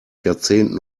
jahrzehnten